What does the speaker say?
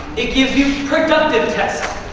it gives you productive tests.